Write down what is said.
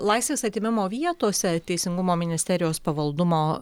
laisvės atėmimo vietose teisingumo ministerijos pavaldumo